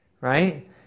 Right